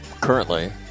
currently